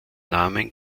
namen